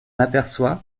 aperçoit